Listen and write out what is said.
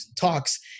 talks